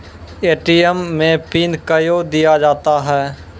ATM मे PIN कयो दिया जाता हैं?